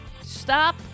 Stop